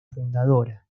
fundadora